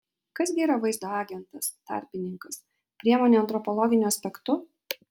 kas gi yra vaizdo agentas tarpininkas priemonė antropologiniu aspektu